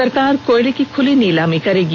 सरकार कोयले की खुली नीलामी करेगी